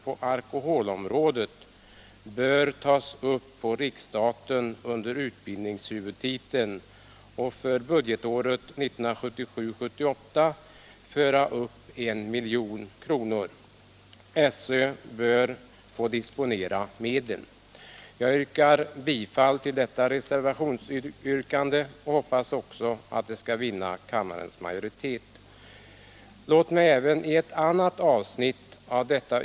Herr talman! Jag hemställer om bifall till detta reservationsyrkande och hoppas det skall vinna kammarens majoritet.